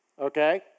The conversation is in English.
okay